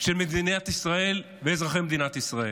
של מדינת ישראל ושל אזרחי מדינת ישראל.